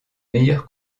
meilleurs